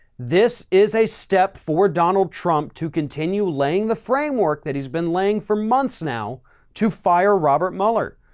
this is a step for donald trump to continue laying the framework that he's been laying for months now to fire robert mueller.